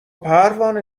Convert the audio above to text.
پروانه